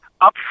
up